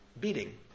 beating